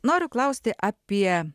noriu klausti apie